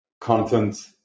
content